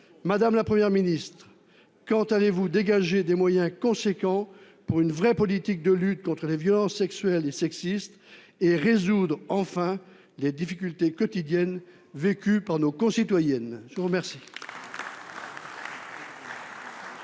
Madame la Première ministre, quand allez-vous dégager des moyens significatifs pour une véritable politique de lutte contre les violences sexuelles et sexistes et résoudre enfin les difficultés quotidiennes vécues par nos concitoyennes ? La parole